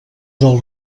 del